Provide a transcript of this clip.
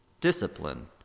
discipline